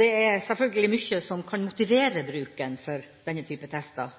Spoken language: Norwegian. Det er selvfølgelig mye som kan motivere bruken av denne typen tester: